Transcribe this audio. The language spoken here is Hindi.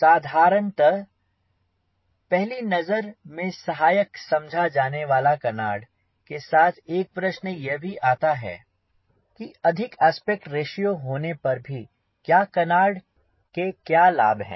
साधारणतया पहली नजर में सहायक समझा जाने वाला कनार्ड के साथ यह प्रश्न भी आता है कि अधिक आस्पेक्ट रेश्यो होने पर भी क्या कनार्ड के क्या लाभ है